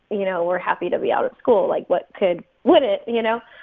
you know, were happy to be out of school. like, what kid wouldn't, you know?